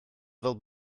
fel